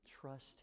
trust